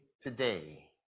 today